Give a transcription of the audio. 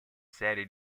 serie